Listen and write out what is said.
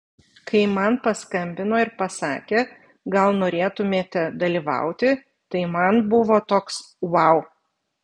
kai man paskambino ir pasakė gal norėtumėte dalyvauti tai man buvo toks vau